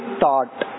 thought